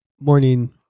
morning